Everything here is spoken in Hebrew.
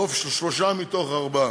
ברוב של שלושה מתוך ארבעה.